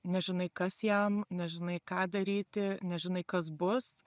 nežinai kas jam nežinai ką daryti nežinai kas bus